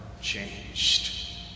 changed